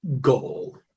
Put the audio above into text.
goal